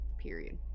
period